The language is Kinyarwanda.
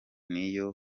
nayo